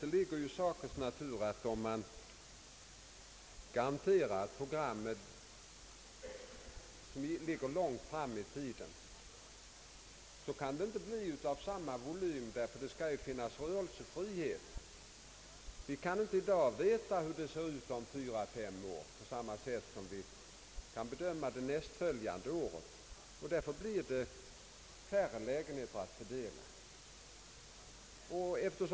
Det ligger i sakens natur att om man garanterar ett program som ligger långt fram i tiden, kan det inte bli av samma volym — ty det skall finnas rörelsefrihet. Vi kan i dag inte veta hur det ser ut om 4—53 år, på samma sätt som vi kan bedöma nästa år. Därför blir det färre lägenheter att garantera och fördela.